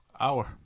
Hour